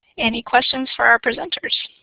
any questions for our presents?